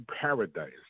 paradise